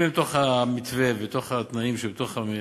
אם הם בתוך המתווה, בתוך הטבות המס,